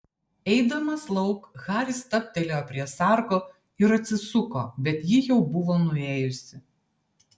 eidamas lauk haris stabtelėjo prie sargo ir atsisuko bet ji jau buvo nuėjusi